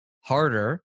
harder